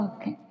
Okay